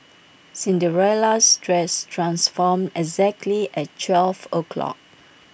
Cinderella's dress transformed exactly at twelve o'clock